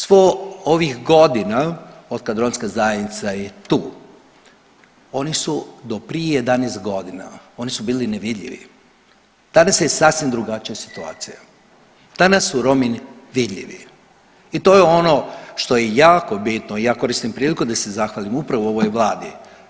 Svo ovih godina otkad romska zajednica je tu oni su do prije 11.g. oni su bili nevidljivi, danas je sasvim drugačija situacija, danas su Romi vidljivi i to je ono što je jako bitno i ja koristim priliku da se zahvalim upravo ovoj vladi.